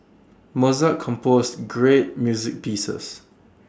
Mozart composed great music pieces